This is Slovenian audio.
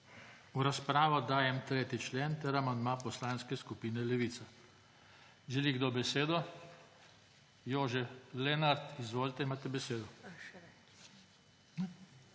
V razpravo dajem 3. člen ter amandma Poslanske skupine Levica. Želi kdo besedo? (Da.) Jože Lenart. Izvolite, imate besedo.